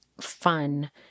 fun